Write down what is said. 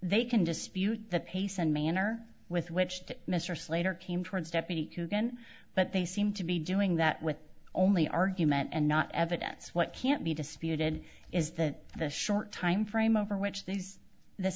they can dispute the pace and manner with which to mr slater came towards deputy who can but they seem to be doing that with only argument and not evidence what can't be disputed is that the short timeframe over which these this